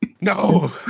No